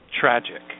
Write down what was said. tragic